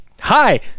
Hi